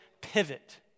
pivot